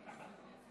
בבקשה.